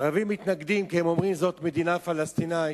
הערבים מתנגדים כי הם אומרים: זאת מדינה פלסטינית,